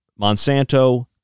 Monsanto